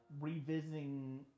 revisiting